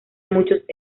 muchos